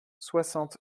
soixante